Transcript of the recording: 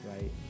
right